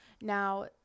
Now